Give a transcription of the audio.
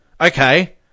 Okay